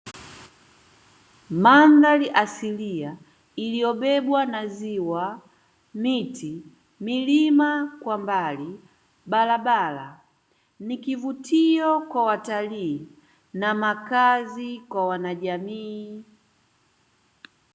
Mandhari asilia iliyobebwa na ziwa, miti, milima kwa mbali barabara ni kivutio kwa watalii na makazi kwa wanajamii.